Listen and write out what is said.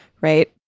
Right